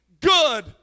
good